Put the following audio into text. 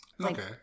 Okay